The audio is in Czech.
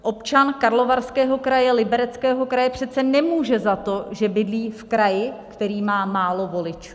Občan Karlovarského kraje, Libereckého kraje přece nemůže za to, že bydlí v kraji, který má málo voličů.